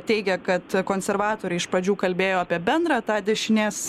teigia kad konservatoriai iš pradžių kalbėjo apie bendrą tą dešinės